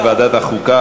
לוועדת החוקה,